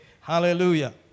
Hallelujah